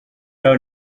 naho